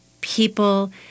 people